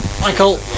Michael